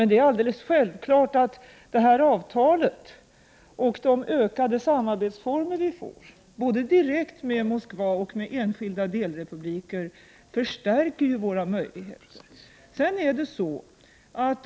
Det är alldeles självklart att detta avtal och de ökade samarbets former som vi får — både direkt med Moskva och med enskilda delrepubliker — förstärker våra möjligheter.